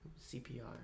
CPR